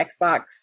Xbox